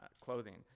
clothing